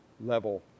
level